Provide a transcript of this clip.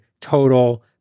total